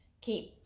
keep